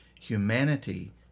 Humanity